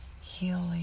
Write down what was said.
healing